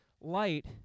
Light